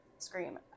scream